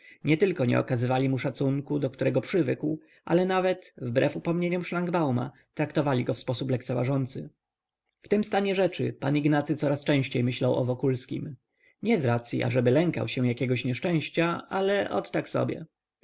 starozakonni nietylko nie okazywali mu szacunku do którego przywykł ale nawet wbrew upomnieniom szlangbauma traktowali go w sposób lekceważący w tym stanie rzeczy pan ignacy coraz częściej myślał o wokulskim nie z racyi ażeby lękał się jakiegoś nieszczęścia ale ot tak sobie